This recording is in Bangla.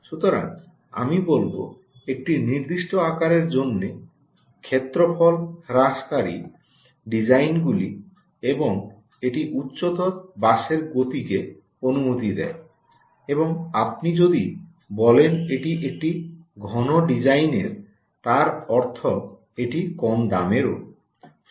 সুতরাং আমি বলব একটি নির্দিষ্ট আকারের জন্য ক্ষেত্রফল হ্রাসকারী ডিজাইনগুলি এবং এটি উচ্চতর বাসের গতিকে অনুমতি দেয় এবং আপনি যদি বলেন এটি একটি ঘন ডিজাইনের তার অর্থ এটি কম দামেরও